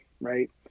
right